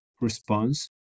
response